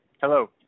Hello